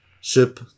ship